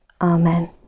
Amen